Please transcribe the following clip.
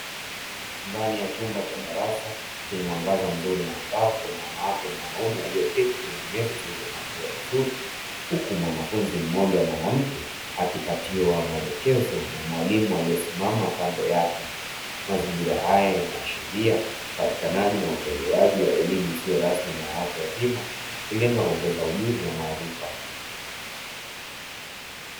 Ndani ya chumba cha darasa chenye mwangaza mzuri na angavu, kuna wanawake na wanaume walioketi kwenye meza zilizopangiliwa vizuri, huku mwanafunzi mmoja mwanamke akipatiwa maelekezo na mwalimu aliyesimama kando yake; mazingira haya yanaashiria utolewji na upatikanaji wa elimu isiyo rasmi na ya watu wazima, ikilenga kuongeza ujuzi na maarifa.